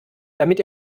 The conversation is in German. damit